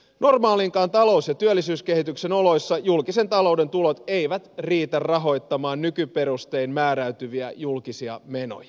normaalinkaan talous ja työllisyyskehityksen oloissa julkisen talouden tulot eivät riitä rahoittamaan nykyperustein määräytyviä julkisia menoja